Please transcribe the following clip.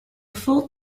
full